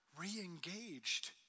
re-engaged